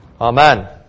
Amen